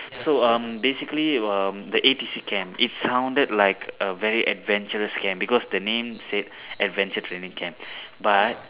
so um basically um the A_T_C camp it sounded like a very adventurous camp because the name said adventure training camp but